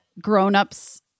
grownups